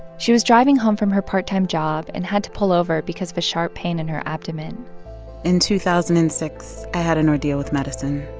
she was driving home from her part-time job and had to pull over because of a sharp pain in her abdomen in two thousand and six, i had an ordeal with medicine.